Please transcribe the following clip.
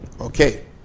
okay